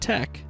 Tech